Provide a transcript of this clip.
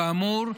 כאמור,